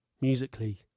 musically